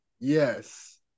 Yes